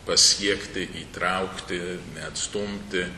pasiekti įtraukti neatstumti